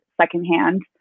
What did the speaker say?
secondhand